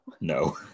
No